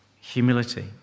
humility